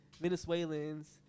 Venezuelans